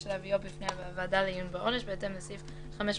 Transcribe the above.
להביאו בפני הוועדה לעיון בעונש בהתאם לסעיף 512(ג)